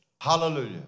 Hallelujah